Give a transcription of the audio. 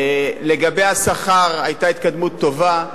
לגבי השכר היתה התקדמות טובה.